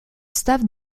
staff